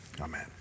Amen